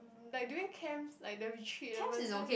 mm like during camps like the retreat and work eh